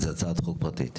פרטית, זו הצעת חוק פרטית.